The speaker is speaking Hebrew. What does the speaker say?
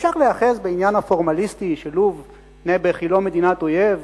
אפשר להיאחז בעניין הפורמליסטי שלוב היא לא מדינת אויב,